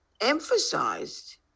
emphasized